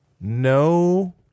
no